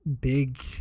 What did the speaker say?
big